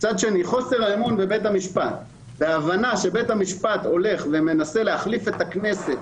מצד שני חוסר האמון בבית המשפט וההבנה שהוא מנסה להחליף את הכנסת,